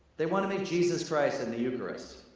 they wanna meet jesus christ in the eucharist.